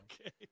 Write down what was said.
Okay